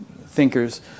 thinkers